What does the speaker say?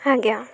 ଆଜ୍ଞା